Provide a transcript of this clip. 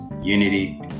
unity